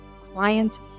clients